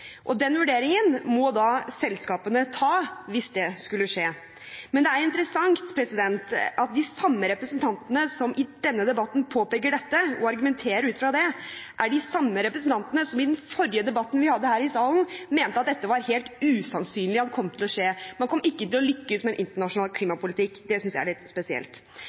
stemmer. Den vurderingen må selskapene ta hvis det skulle skje. Men det er interessant at de representantene som i denne debatten påpeker dette og argumenterer ut fra det, er de samme representantene som i den forrige debatten vi hadde her i salen, mente at dette var helt usannsynlig at kom til å skje – man kom ikke til å lykkes med en internasjonal klimapolitikk. Det synes jeg er litt spesielt.